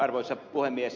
arvoisa puhemies